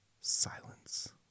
Silence